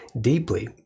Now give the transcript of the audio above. deeply